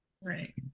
Right